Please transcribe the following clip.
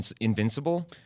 invincible